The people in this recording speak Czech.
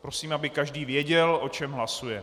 Prosím, aby každý věděl, o čem hlasuje.